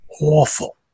awful